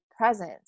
presence